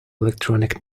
electronic